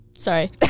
Sorry